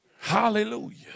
Hallelujah